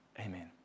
Amen